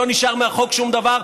לא נשאר מהחוק שום דבר,